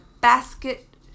basket